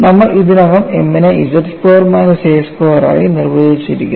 നമ്മൾ ഇതിനകം m നെ z square minus a square ആയി നിർവചിച്ചിരിന്നു